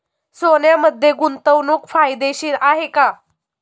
सोन्यामध्ये गुंतवणूक फायदेशीर आहे का?